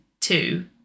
two